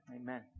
Amen